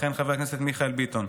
יכהן חבר הכנסת מיכאל ביטון.